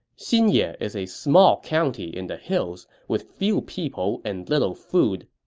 xinye is a small county in the hills, with few people and little food.